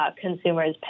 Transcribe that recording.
consumers